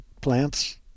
plants